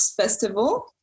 festival